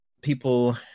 people